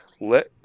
let